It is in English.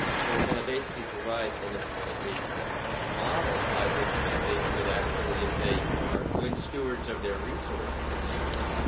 so we're going to basically provide and a ah model by which that they could actually, if they are good of their resources, if you will